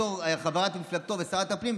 בתור חברת מפלגתו ושרת הפנים,